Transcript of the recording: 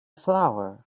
flower